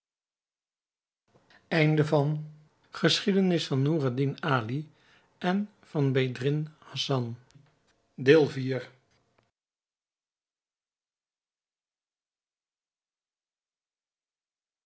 geschiedenis van noureddin ali en van bedreddin hassan